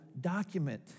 document